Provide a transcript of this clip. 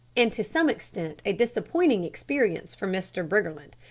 and to some extent, a disappointing experience for mr. briggerland.